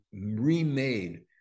remade